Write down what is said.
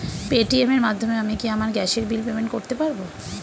Paytm এর মাধ্যমে আমি কি আমার গ্যাসের বিল পেমেন্ট করতে পারব?